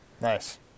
Nice